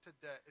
today